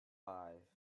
five